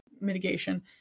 mitigation